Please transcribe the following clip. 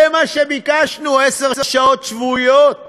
זה מה שביקשנו, עשר שעות שבועיות,